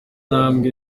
ntambwe